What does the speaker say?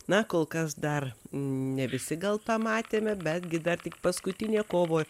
na kol kas dar ne visi gal tą matėme betgi dar tik paskutinė kovo